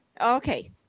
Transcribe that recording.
Okay